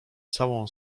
całą